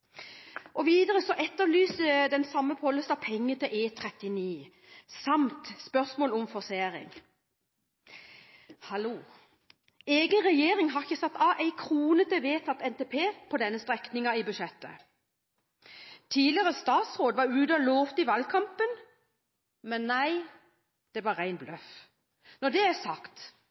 den samme Pollestad penger til E39 samt spørsmål om forsering. Hallo! Egen regjering har ikke satt av en krone i budsjettet til vedtatt NTP på denne strekningen. Tidligere statsråd var ute og lovte i valgkampen – men nei, det var ren bløff. Når det er sagt,